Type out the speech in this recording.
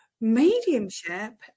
mediumship